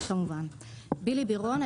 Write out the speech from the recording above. בילי בירון,